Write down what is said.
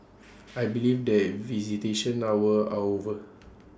I believe the visitation hours are over